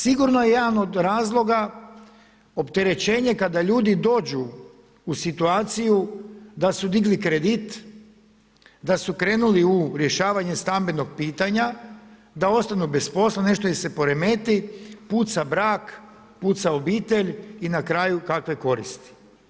Sigurno je jedan od razloga opterećenje kada ljudi dođu u situaciju da su digli kredit, da su krenuli u rješavanje stambenog pitanja, da ostanu bez posla, nešto im se poremeti, puca brak, puca obitelj i na kraju kakve koristi.